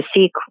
seek